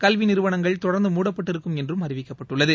கல்வி நிறுவனங்கள் தொடர்ந்து மூடப்பட்டிருக்கும் என்றும் அறிவிக்கப்பட்டுள்ளது